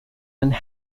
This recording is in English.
and